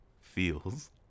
Feels